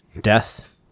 death